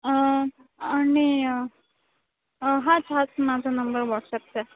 आणि हाच हाच माझा नंबर वॉट्सअपचा आहे